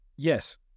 Yes